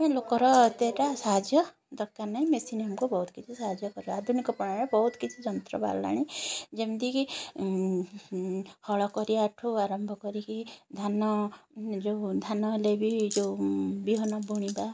ଲୋକର ଏତେଟା ସାହାଯ୍ୟ ଦରକାର ନାଇଁ ମେସିନ୍ ଆମକୁ ବହୁତ କିଛି ସାହାଯ୍ୟ କରିବ ଆଧୁନିକ ପ୍ରଣାଳୀରେ ବହୁତ କିଛି ଯନ୍ତ୍ର ବାହାରିଲାଣି ଯେମତିକି ହଳ କରିବାଠୁ ଆରମ୍ଭ କରିକି ଧାନ ଯେଉଁ ଧାନ ହେଲେ ବି ଯେଉଁ ବିହନ ବୁଣିବା